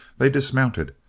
they dismounted,